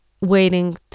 waiting